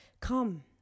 come